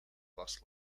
bus